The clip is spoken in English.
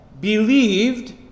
believed